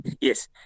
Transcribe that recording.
Yes